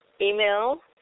email